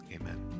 Amen